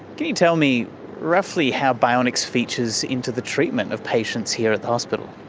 can you tell me roughly how bionics features into the treatment of patients here at the hospital?